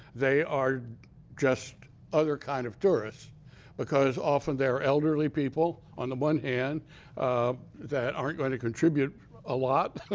they are just other kind of tourists because often, they're elderly people on the one hand that aren't going to contribute a lot. ah